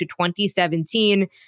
2017